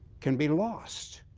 can be lost